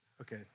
Okay